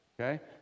okay